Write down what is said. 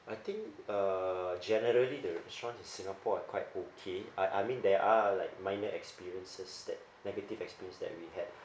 I think uh generally the restaurants in singapore are quite okay I I mean there are like minor experiences that negative experience that we had